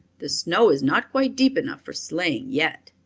the snow is not quite deep enough for sleighing yet,